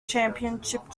championship